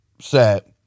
set